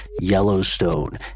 yellowstone